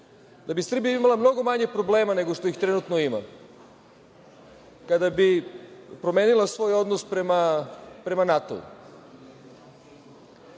da bi Srbija imala mnogo manje problema nego što ih trenutno ima kada bi promenila svoj odnos prema NATO-u,